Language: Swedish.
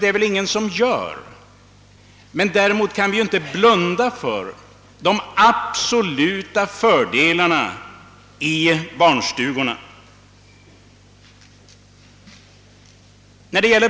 Det är nog ingen som gör, men vi kan inte blunda för de absoluta fördelarna med barnstugorna.